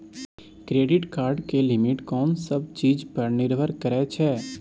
Credit card के limit कोन सब चीज पर निर्भर करै छै?